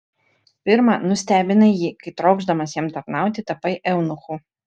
pirma nustebinai jį kai trokšdamas jam tarnauti tapai eunuchu